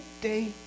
day